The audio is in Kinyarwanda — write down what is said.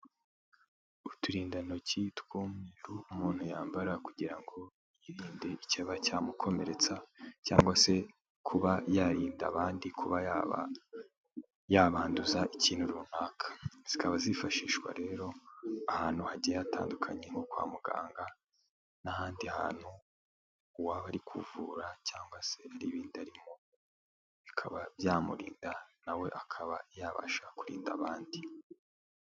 Uturindantoki tw'umweru umuntu yambara kugira ngo yirinde icyaba cyamukomeretsa cyangwa se kuba yarinda abandi kuba yaba yabanduza ikintu runaka, zikaba zifashishwa rero ahantu hagiye hatandukanye nko kwa muganga n'ahandi hantu, uwaba ari kuvura cyangwa se hari ibindi arimo bikaba byamurinda nawe akaba yabasha kurinda abandi.